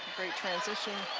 great transition.